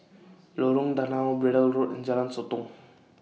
Lorong Danau Braddell Road and Jalan Sotong